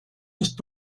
just